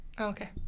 okay